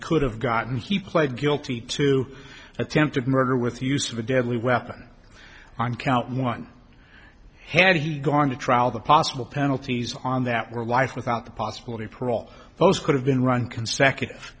could have gotten he pled guilty to attempted murder with use of a deadly weapon on count one had he gone to trial the possible penalties on that were life without the possibility of parole those could have been run consecutive